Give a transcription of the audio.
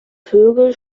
vögel